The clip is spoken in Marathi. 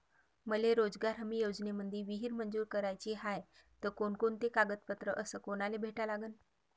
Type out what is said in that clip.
मले रोजगार हमी योजनेमंदी विहीर मंजूर कराची हाये त कोनकोनते कागदपत्र अस कोनाले भेटा लागन?